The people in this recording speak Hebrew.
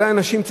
אולי אנשים,